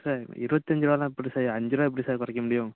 sir இருபத்தஞ்சி ரூபாலாம் எப்படி சார் அஞ்சு ரூபா எப்படி சார் குறைக்க முடியும்